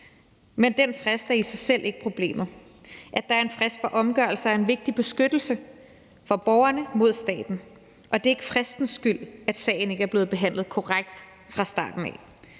Men den frist er i sig selv ikke problemet. At der er en frist for omgørelse, er en vigtig beskyttelse for borgerne mod staten, og det er ikke fristens skyld, at sagen ikke er blevet behandlet korrekt fra starten.